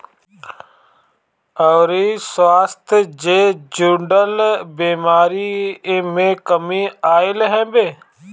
अउरी स्वास्थ्य जे जुड़ल बेमारी में कमी आईल हवे